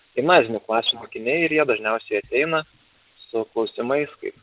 gimnazinių klasių mokiniai ir jie dažniausiai ateina su klausimais kaip